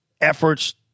efforts –